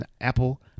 Apple